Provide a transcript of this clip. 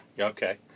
Okay